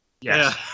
Yes